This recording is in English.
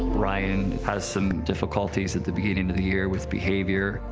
ryan has some difficulties at the beginning of the year with behavior,